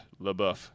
LaBeouf